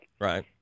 right